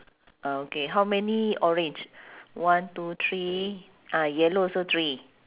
uh okay how many orange one two three ah yellow also three